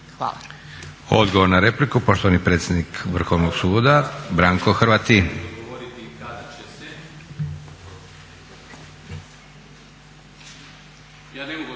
Hvala.